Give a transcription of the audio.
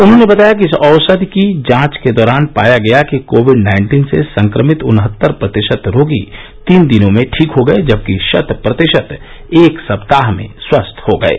उन्होंने बताया कि इस औषधि की जांच के दौरान पाया गया कि कोविड नाइन्टीन से संक्रमित उनहत्तर प्रतिशत रोगी तीन दिनों में ठीक हो गये जबकि शत प्रतिशत एक सप्ताह में स्वस्थ हो गये